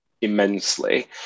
immensely